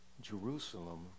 Jerusalem